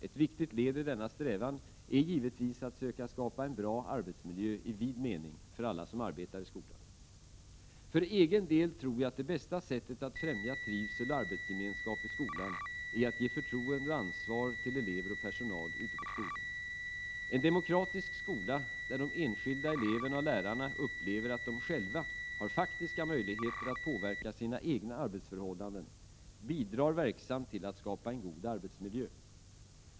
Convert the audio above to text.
Ett viktigt led i denna strävan är givetvis att söka skapa en bra arbetsmiljö i vid mening för alla som arbetar i skolan. För egen del tror jag att det bästa sättet att främja trivsel och arbetsgemenskap i skolan är att ge förtroende och ansvar till elever och personal ute på skolorna. En demokratisk skola, där de enskilda eleverna och lärarna upplever att de själva har faktiska möjligheter att påverka sina egna arbetsförhållanden, bidrar verksamt till att skapa en god arbetsmiljö.